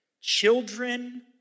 children